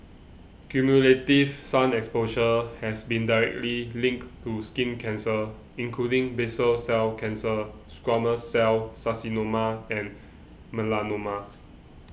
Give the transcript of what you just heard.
cumulative sun exposure has been directly linked to skin cancer including basal cell cancer squamous cell carcinoma and melanoma